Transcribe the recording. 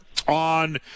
on